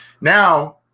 Now